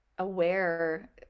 aware